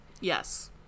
Yes